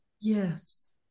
Yes